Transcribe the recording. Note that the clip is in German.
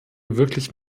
wirklich